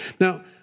Now